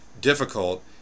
difficult